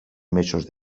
mesos